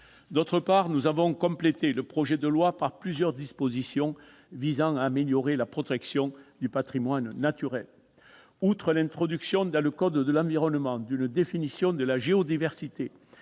ailleurs, nous avons complété le projet de loi par plusieurs dispositions visant à améliorer la protection du patrimoine naturel. Outre l'introduction dans le code de l'environnement d'une définition de la géodiversité,